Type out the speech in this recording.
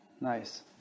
Nice